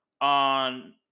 on